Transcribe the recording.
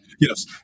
Yes